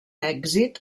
èxit